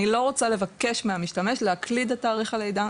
אני לא רוצה לבקש מהמשתמש להקליד את תאריך הלידה,